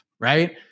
right